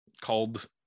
called